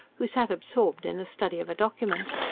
who sat absorbed in the study of a document.